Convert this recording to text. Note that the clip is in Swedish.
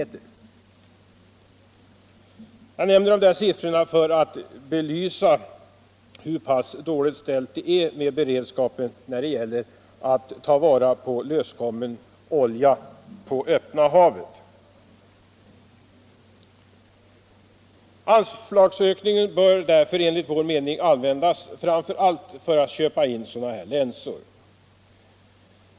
Jag nämner dessa siffror för att bevisa hur dåligt ställt det är med beredskapen när det gäller att ta vara på löskommen olja på öppna havet. Anslagsökningen bör därför enligt vår mening användas framför allt för att köpa in sådana här länsor.